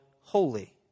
Holy